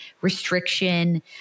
restriction